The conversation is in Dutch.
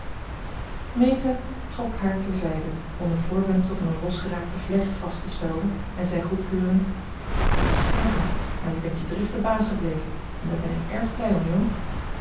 meta trok haar ter zijde onder voorwendsel van een losgeraakte vlecht vast te spelden en zei goedkeurend het was tergend maar je bent je drift de baas gebleven en daar ben ik erg blij om jo